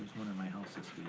one in my house